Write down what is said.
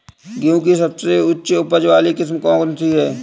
गेहूँ की सबसे उच्च उपज बाली किस्म कौनसी है?